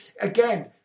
again